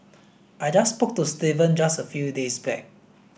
I just spoke to Steven just a few days back